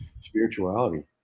spirituality